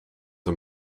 een